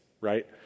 right